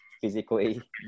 physically